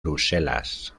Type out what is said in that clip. bruselas